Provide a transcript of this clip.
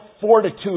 fortitude